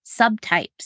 subtypes